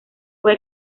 fue